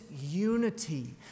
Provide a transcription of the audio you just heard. unity